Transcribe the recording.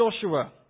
Joshua